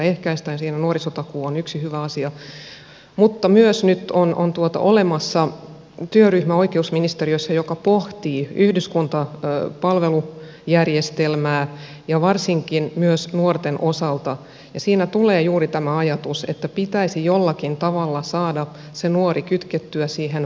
siinä nuorisotakuu on yksi hyvä asia mutta myös nyt on olemassa työryhmä oikeusministeriössä joka pohtii yhdyskuntapalvelujärjestelmää ja varsinkin myös nuorten osalta ja siinä tulee juuri tämä ajatus että pitäisi jollakin tavalla saada se nuori kytkettyä siihen valvontaan